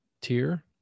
tier